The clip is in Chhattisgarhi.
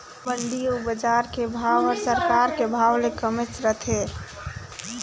मंडी अउ बजार के भाव हर सरकार के भाव ले कमेच रथे